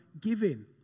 giving